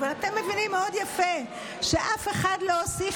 אבל אתם מבינים מאוד יפה שאף אחד להוסיף